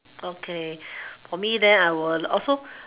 okay for me then I will also